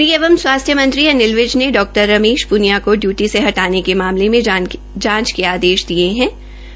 गृह व स्वास्थ्य मंत्री अनिल विज ने डॉ रमेश प्रनिया को इयूटी से हटाने के मामले में जांच के आदेश दिए हथा